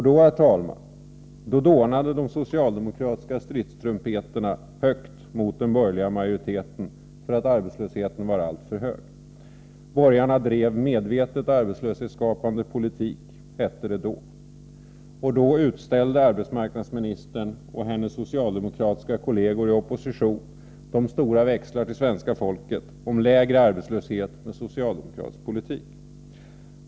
Då, herr talman, dånade de socialdemokratiska stridstrumpeterna högt mot den borgerliga majoriteten för att arbetslösheten var alltför hög. ”Borgarna drev medvetet arbetslöshetsskapande politik”, hette det då. Och då utställde arbetsmarknadsminitern och hennes socialdemokratiska kolleger i opposition de stora växlarna till svenska folket om lägre arbetslöshet med socialdemokratisk politik.